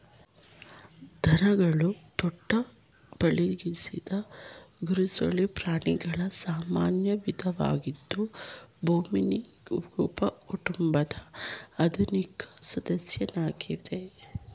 ದನಗಳು ದೊಡ್ಡ ಪಳಗಿಸಿದ ಗೊರಸುಳ್ಳ ಪ್ರಾಣಿಗಳ ಸಾಮಾನ್ಯ ವಿಧವಾಗಿದ್ದು ಬೋವಿನಿ ಉಪಕುಟುಂಬದ ಆಧುನಿಕ ಸದಸ್ಯವಾಗಿವೆ